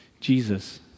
Jesus